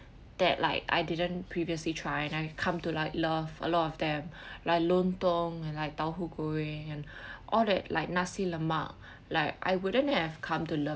that like I didn't previously try and I come to like love a lot of them like lontong and like tahu goreng and all that like nasi lemak like I wouldn't have come to love